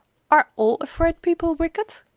are all afraid people wicked?